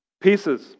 pieces